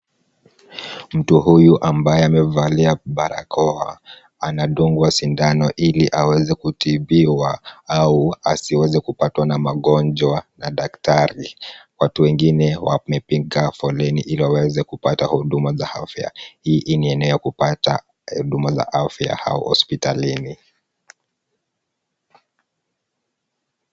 Mtu huyu ambaye amevalia barakoa, anadungwa sindano ili aweze kutibiwa au asiweze kupatwa na magonjwa na daktari, watu wengine wamepiga foleni ili waweze kupata huduma za afya. Hii ni aina ya kupata huduma za afya au hospitalini.